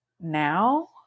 now